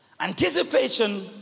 Anticipation